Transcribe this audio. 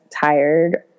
tired